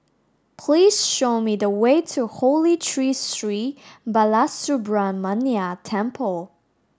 please show me the way to Holy Tree Sri Balasubramaniar Temple